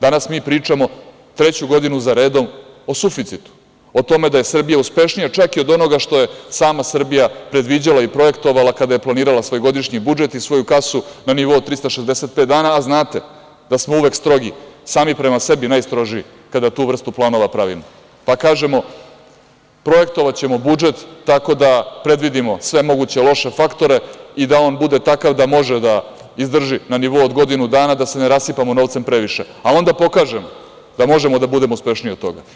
Danas mi pričamo treću godinu za redom o suficitu, o tome da je Srbija uspešnija čak i od onoga što je sama Srbija predviđala i projektovala kada je planirala svoj godišnji budžet i svoju kasu na nivou od 365 dana, a znate da smo uvek strogi, sami prema sebi najstroži, kada tu vrstu planova pravimo, pa kažemo projektovaćemo budžet tako da predvidimo sve moguće loše faktore i da on bude takav da može da izdrži na nivou od godinu dana, da se ne rasipamo novcem previše, a onda pokažem da možemo da budemo uspešniji od toga.